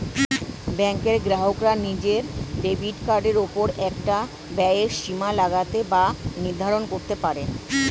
ব্যাঙ্কের গ্রাহকরা নিজের ডেবিট কার্ডের ওপর একটা ব্যয়ের সীমা লাগাতে বা নির্ধারণ করতে পারে